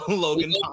Logan